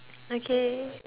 okay